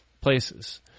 places